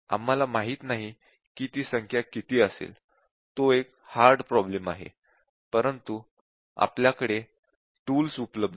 आम्हाला माहित नाही की ती संख्या किती असेल तो एक हार्ड प्रॉब्लेम आहे परंतु आपल्याकडे टूल्स उपलब्ध आहेत